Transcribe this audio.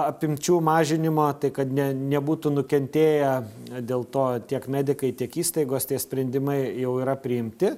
apimčių mažinimą tai kad ne nebūtų nukentėję dėl to tiek medikai tiek įstaigos tie sprendimai jau yra priimti